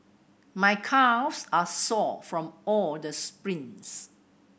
my calves are sore from all the sprints